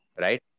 right